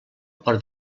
per